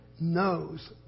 knows